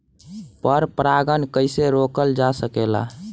पर परागन कइसे रोकल जा सकेला?